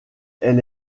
elle